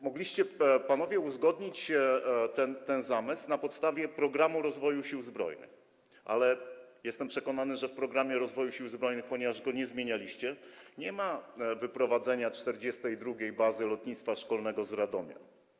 Mogliście panowie uzgodnić ten zamysł na podstawie programu rozwoju Sił Zbrojnych, ale jestem przekonany, że w programie rozwoju Sił Zbrojnych, ponieważ go nie zmienialiście, nie ma przewidzianego wyprowadzenia 42. Bazy Lotnictwa Szkolnego z Radomia.